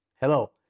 Hello